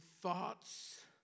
thoughts